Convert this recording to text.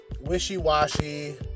wishy-washy